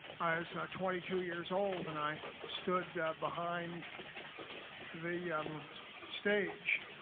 i was twenty two years old and i stood behind the um stage